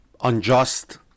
unjust